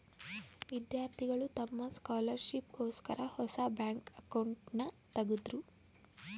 ವಿದ್ಯಾರ್ಥಿಗಳು ತಮ್ಮ ಸ್ಕಾಲರ್ಶಿಪ್ ಗೋಸ್ಕರ ಹೊಸ ಬ್ಯಾಂಕ್ ಅಕೌಂಟ್ನನ ತಗದ್ರು